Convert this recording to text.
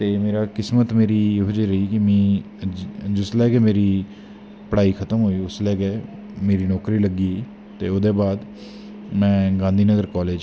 ते मेरा किस्मत मेरी एहो जी रेही कि में जिसलै के मेरी पढ़ाई खत्म होई उसलै गै मेरी नौकरी लग्गी ते ओह्दै बाद में गांधी नगर कालेज़